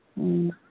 हूं